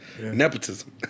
Nepotism